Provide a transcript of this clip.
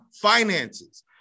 finances